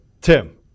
Tim